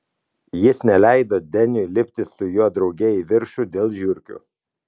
jis neleido deniui lipti su juo drauge į viršų dėl žiurkių